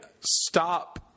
stop